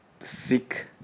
sick